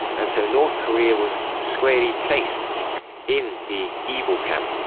and so north korea was squarely placed in the evil camp.